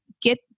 Get